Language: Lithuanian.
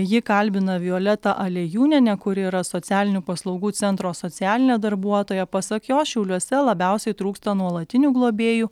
ji kalbina violetą aliejūnienę kuri yra socialinių paslaugų centro socialinė darbuotoja pasak jos šiauliuose labiausiai trūksta nuolatinių globėjų